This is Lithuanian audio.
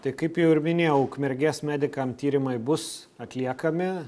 tai kaip jau ir minėjau ukmergės medikam tyrimai bus atliekami